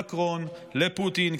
מקרון ופוטין,